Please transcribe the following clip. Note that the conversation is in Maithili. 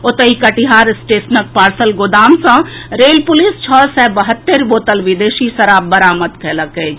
ओतहि कटिहार स्टेशनक पार्सल गोदाम सॅ रेल पुलिस छओ सय बहत्तरि बोतल विदेशी शराब बरामद कयलक अछि